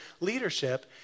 leadership